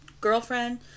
Girlfriend